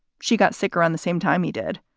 she got sick around the same time he did.